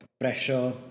pressure